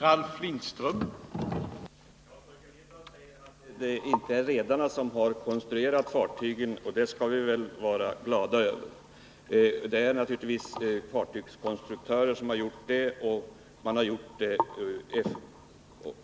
Herr talman! Torkel Lindahl säger att det inte är redarna som har konstruerat fartygen, och det skall vi väl vara glada för. Naturligtvis är det fartygskonstruktörer som har gjort det, och de